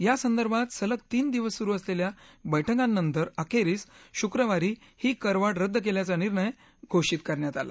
यासंदर्भात सलग तीन दिवस सुरु असलखा बैठकांनंतर अखरींन शुक्रवारी ही करवाढ रद्द क्ल्याचा निर्णय घोषित करण्यात आला